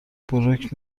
بروک